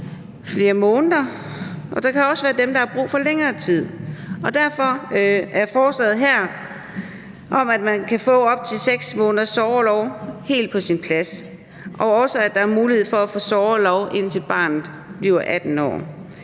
flere måneder, og der kan også være dem, der har brug for længere tid. Derfor er forslaget her om, at man kan få op til 6 måneders sorgorlov, helt på sin plads, også at der er mulighed for at få sorgorlov, indtil barnet bliver 18 år.